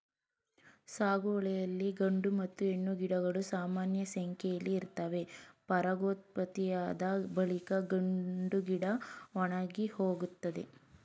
ಸಾಗುವಳಿಲಿ ಗಂಡು ಮತ್ತು ಹೆಣ್ಣು ಗಿಡಗಳು ಸಮಾನಸಂಖ್ಯೆಲಿ ಇರ್ತವೆ ಪರಾಗೋತ್ಪತ್ತಿಯಾದ ಬಳಿಕ ಗಂಡುಗಿಡ ಒಣಗಿಹೋಗ್ತದೆ